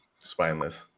spineless